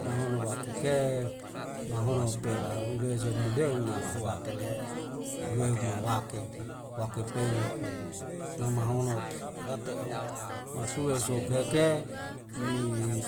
Mahono wa keke mahono pelang gezel model ma tatele'e duwe ma wake wake peu uku namahonot's ada te'um matue soke heke mi